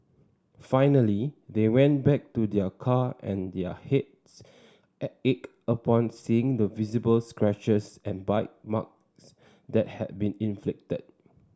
finally they went back to their car and their ached upon seeing the visible scratches and bite marks that had been inflicted